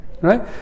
Right